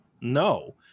No